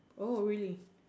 oh really